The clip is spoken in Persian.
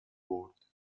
برد